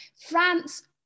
France